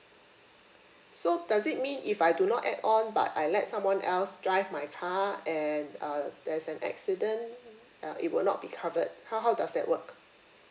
so does it mean if I do not add on but I let someone else drive my car and uh there's an accident uh it will not be covered how how does that work